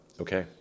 okay